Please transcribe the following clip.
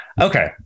Okay